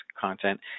content